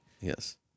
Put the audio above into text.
Yes